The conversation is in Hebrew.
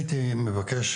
הייתי מבקש,